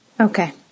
Okay